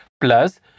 plus